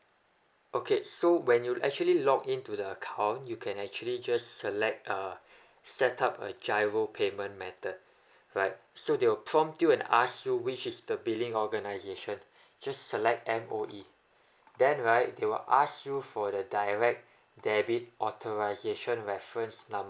okay so when you actually log in to the account you can actually just select uh uh set up a G_I_R_O payment method alright so they will prompt you and ask you which is the billing organization just select M_O_E then right they will ask you for the direct debit authorization reference number